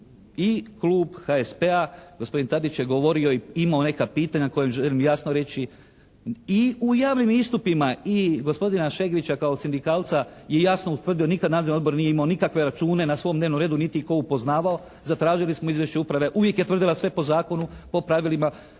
i Klub HSP-a gospodin Tadić je govorio i imao neka pitanja kojim želim jasno reći i u javnim istupima i gospodina Šegvića kao sindikalca je jasno ustvrdio nikada nadzorni odbor nije imao nikakve račune na svom dnevnom redu niti ih je tko upoznavao. Zatražili smo izvješće uprave. Uvijek je tvrdila da je sve po zakonu, po pravilima.